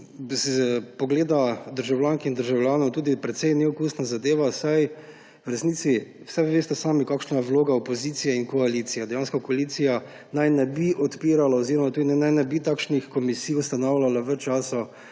s pogleda državljank in državljanov to tudi precej neokusna zadeva. Saj sami veste, kakšna je vloga opozicije in koalicije. Koalicija naj ne bi odpirala oziroma tudi naj ne bi takšnih komisij ustanavljala v času,